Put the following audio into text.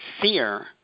fear